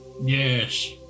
yes